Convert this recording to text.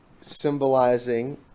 symbolizing